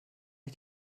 ich